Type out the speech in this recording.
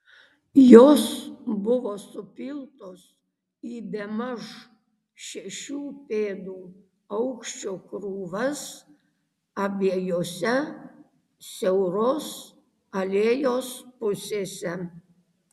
jos buvo supiltos į bemaž šešių pėdų aukščio krūvas abiejose siauros alėjos pusėse